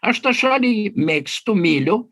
aš tą šalį mėgstu myliu